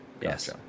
Yes